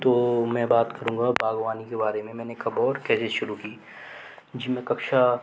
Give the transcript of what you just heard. तो मैं बात करूँगा बाग़बानी के बारे में मैंने कब और कैसे शुरू की जी मैं कक्षा